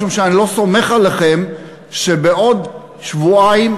משום שאני לא סומך עליכם שבעוד שבועיים,